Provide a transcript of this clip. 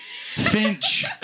Finch